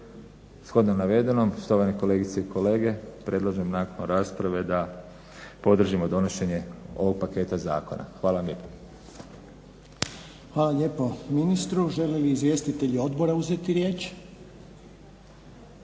Shodno navedenom štovane kolegice i kolege predlažem nakon rasprave da podržimo donošenje ovog paketa zakona. Hvala vam lijepo. **Reiner, Željko (HDZ)** Hvala lijepo ministru. Žele li izvjestitelji odbora uzeti riječ?